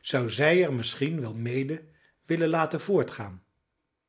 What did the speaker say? zou zij er misschien wel mede willen laten voortgaan